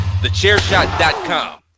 TheChairShot.com